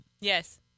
Yes